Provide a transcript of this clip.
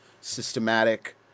systematic